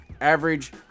average